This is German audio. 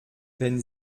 wenn